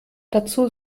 dazu